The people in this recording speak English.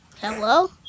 Hello